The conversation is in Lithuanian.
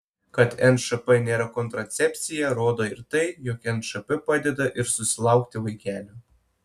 kad nšp nėra kontracepcija rodo ir tai jog nšp padeda ir susilaukti vaikelio